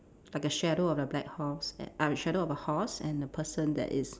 like a shadow of the black horse a a shadow of a horse and a person that is